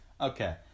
Okay